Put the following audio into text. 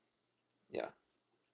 ya